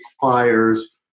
fires